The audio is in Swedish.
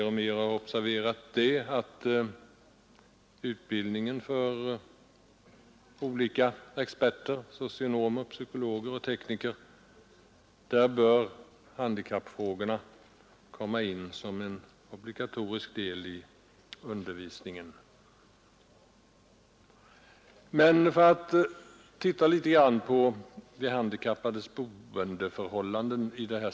Vid utbildningen av olika experter — socionomer, psykologer, tekniker — bör handikappfrågorna också komma in som en obligatorisk del i undervisningen. Låt oss titta litet grand på de handikappades boendeförhållanden.